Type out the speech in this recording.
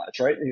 right